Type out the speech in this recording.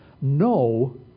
No